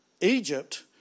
Egypt